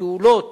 פעולות